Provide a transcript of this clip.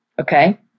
Okay